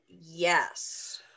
Yes